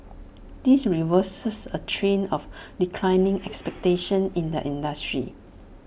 this reverses A trend of declining expectations in the industry